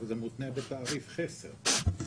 זה מותנה בתעריף חסר.